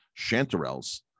chanterelles